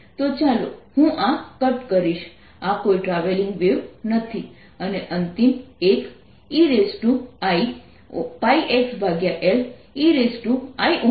તો ચાલો હું આ કટ કરીશ આ કોઈ ટ્રાવેલિંગ વેવ નથી અને અંતિમ એક eiπxLeiωt ei πxLωtછે